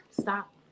Stop